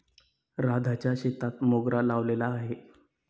राधाच्या शेतात मोगरा लावलेला आहे